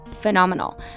phenomenal